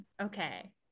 Okay